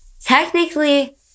technically